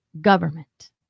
government